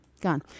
gone